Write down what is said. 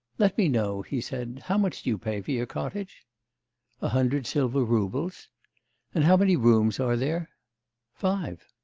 let me know he said, how much do you pay for your cottage a hundred silver roubles and how many rooms are there five.